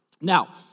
Now